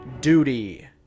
duty